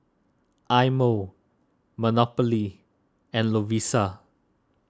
Eye Mo Monopoly and Lovisa